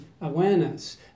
awareness